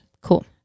Cool